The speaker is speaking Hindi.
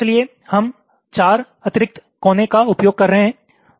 इसलिए हम 4 अतिरिक्त कोने का उपयोग कर रहे हैं